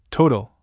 total